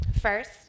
first